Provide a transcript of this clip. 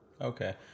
Okay